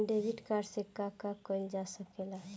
Debit card से का का कइल जा सके ला?